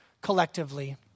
collectively